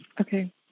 Okay